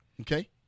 okay